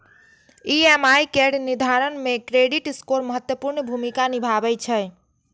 EMI केर निर्धारण मे क्रेडिट स्कोर महत्वपूर्ण भूमिका निभाबै छै